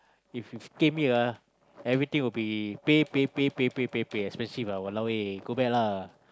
if you came here ah everything would be pay pay pay pay pay pay expensive ah !walao! eh go back lah